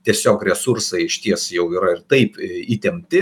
tiesiog resursai išties jau yra ir taip įtempti